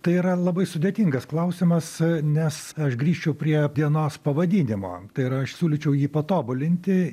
tai yra labai sudėtingas klausimas nes aš grįžčiau prie dienos pavadinimo ir aš siūlyčiau jį patobulinti